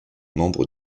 membres